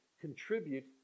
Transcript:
contribute